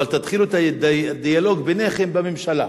אבל תתחילו את הדיאלוג ביניכם בממשלה.